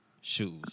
Shoes